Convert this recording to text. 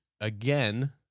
again